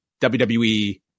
WWE